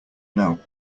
know